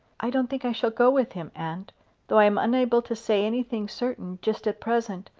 i don't think i shall go with him, aunt though i am unable to say anything certain just at present.